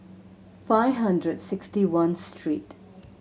five hundred sixty one street